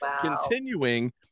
continuing